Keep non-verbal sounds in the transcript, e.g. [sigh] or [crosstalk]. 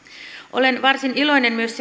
olen varsin iloinen myös [unintelligible]